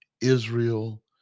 Israel